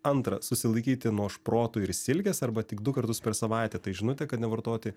antra susilaikyti nuo šprotų ir silkės arba tik du kartus per savaitę tai žinutė kad nevartoti